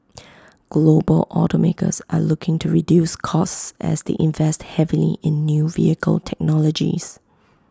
global automakers are looking to reduce costs as they invest heavily in new vehicle technologies